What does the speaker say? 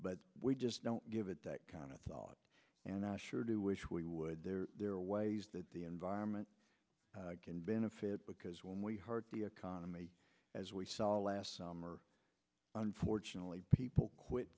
but we just don't give it that kind of thought and i sure do wish we would there there are ways that the environment can benefit because when we hurt the economy as we saw last summer unfortunately people quit